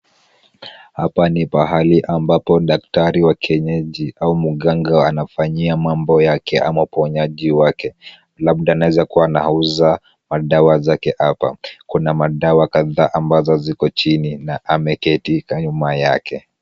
Hapa ni pahali ambapo daktari wa kienyeji au mganga anafanyia mambo yake ama uponyaji wake. Labda anaeza kuwa anauza madawa zake hapa. Kuna madawa kadhaa ambazo ziko chini na ameketi nyuma yake.